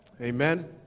Amen